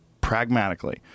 pragmatically